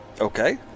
Okay